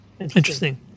interesting